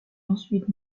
ensuite